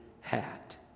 hat